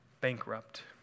bankrupt